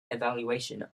evaluation